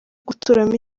guturamo